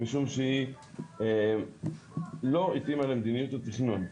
משום שהיא לא התאימה למדיניות התכנון.